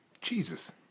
Jesus